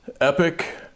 epic